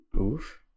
Oof